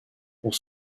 pour